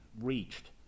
reached